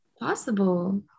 Possible